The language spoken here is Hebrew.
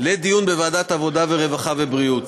לדיון בוועדת העבודה, הרווחה והבריאות.